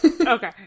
Okay